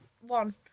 one